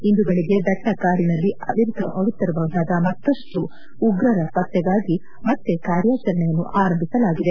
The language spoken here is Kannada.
ಇಂದು ಬೆಳಗ್ಗೆ ದಟ್ವ ಕಾಡಿನಲ್ಲಿ ಅವಿತರಬಹುದಾದ ಮತ್ತಷ್ಟು ಉಗ್ರರ ಪತ್ತೆಗಾಗಿ ಮತ್ತೆ ಕಾರ್ಯಾಚರಣೆಯನ್ನು ಆರಂಭಿಸಲಾಗಿದೆ